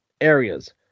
areas